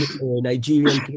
Nigerian